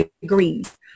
degrees